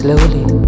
Slowly